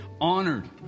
honored